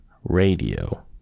radio